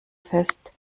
fest